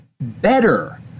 better